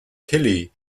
hilly